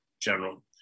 General